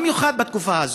במיוחד בתקופה הזאת.